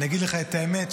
אני אגיד לך את האמת,